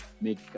make